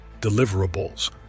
deliverables